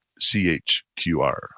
chqr